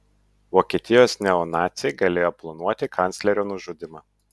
vokietijos neonaciai galėjo planuoti kanclerio nužudymą